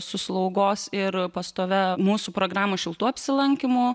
su slaugos ir pastovia mūsų programos šiltų apsilankymų